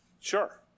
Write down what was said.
Sure